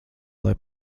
lai